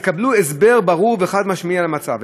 יקבלו הסבר ברור וחד-משמעי על המצב.